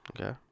Okay